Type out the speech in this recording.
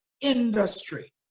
industry